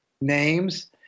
names